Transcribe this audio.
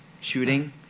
shooting